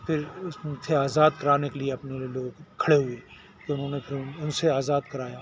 پھر ان سے آزاد کرانے کے لیے اپنے لوگ کھڑے ہوئے تو انہوں نے پھر ان سے آزاد کرایا